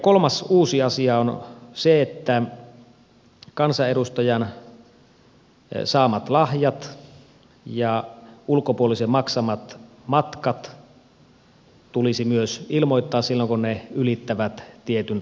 kolmas uusi asia on se että myös kansanedustajan saamat lahjat ja ulkopuolisen maksamat matkat tulisi ilmoittaa silloin kun ne ylittävät tietyn raja arvon